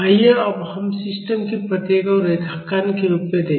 आइए अब हम सिस्टम की प्रतिक्रिया को रेखांकन के रूप में देखें